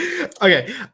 okay